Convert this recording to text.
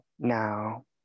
now